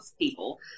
people